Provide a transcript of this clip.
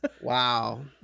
Wow